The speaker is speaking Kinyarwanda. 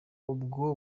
ubwo